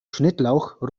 schnittlauch